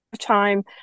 time